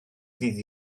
ddydd